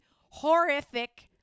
horrific